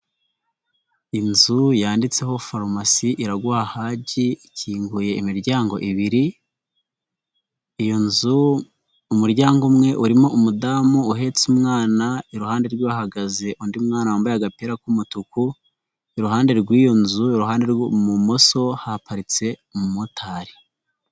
Inzu yanditseho farumasi Iraguha Hagi, ikinguye imiryango ibiri, iyo nzu umuryango umwe urimo umudamu uhetse umwana, iruhande rwe hagaze undi mwana wambaye agapira k'umutuku, iruhande rw'iyo nzu iruhande rw'ibumoso haparitse umumotari.